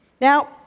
Now